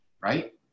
right